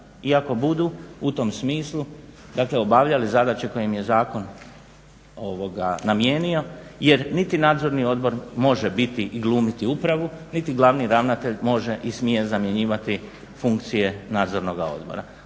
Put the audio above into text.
ako budu u tom smislu dakle obavljali zadaće koje im je zakon namijenio jer niti Nadzorni odbor može biti i glumiti upravu, niti glavni ravnatelj može i smije zamjenjivati funkcije Nadzornoga odbora.